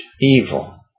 evil